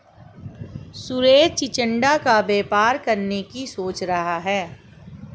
सुरेश चिचिण्डा का व्यापार करने की सोच रहा है